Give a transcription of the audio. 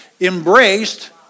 embraced